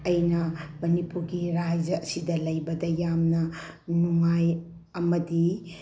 ꯑꯩꯅ ꯃꯅꯤꯄꯨꯔꯒꯤ ꯔꯥꯏꯖ ꯑꯁꯤꯗ ꯂꯩꯕꯗ ꯌꯥꯝꯅ ꯅꯨꯡꯉꯥꯏ ꯑꯃꯗꯤ